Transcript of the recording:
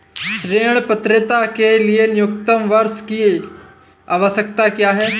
ऋण पात्रता के लिए न्यूनतम वर्ष की आवश्यकता क्या है?